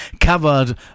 covered